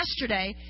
yesterday